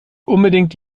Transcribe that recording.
unbedingt